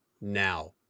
now